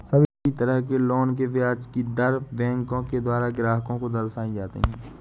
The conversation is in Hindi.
सभी तरह के लोन की ब्याज दर बैंकों के द्वारा ग्राहक को दर्शाई जाती हैं